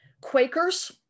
Quakers